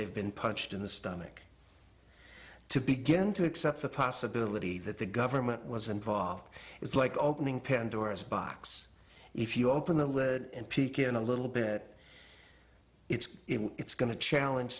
they've been punched in the stomach to begin to accept the possibility that the government was involved it's like opening pandora's box if you open the lid and a little bit it's it's going to challenge